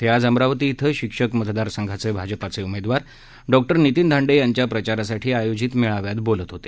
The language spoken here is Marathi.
ते आज अमरावती क्विं शिक्षक मतदारसंघाचे भाजपाचे उमेदवार डॉ नितीन धांडे यांच्या प्रचारासाठी आयोजित मेळाव्यात बोलत होते